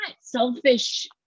selfish